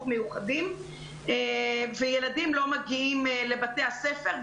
מיוחדים וילדים לא מגיעים לבתי הספר.